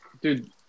Dude